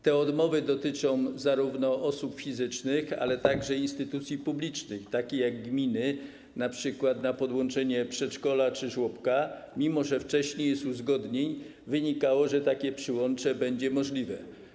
Te odmowy dotyczą zarówno osób fizycznych, jak i instytucji publicznych, takich jak gminy, np. jeśli chodzi o podłączenie przedszkola czy żłobka, mimo że wcześniej z uzgodnień wynikało, że takie przyłącze będzie możliwe.